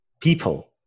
people